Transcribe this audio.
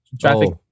Traffic